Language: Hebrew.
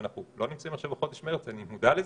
ואנחנו לא נמצאים עכשיו בחודש מרץ ואני מודע לזה,